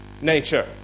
nature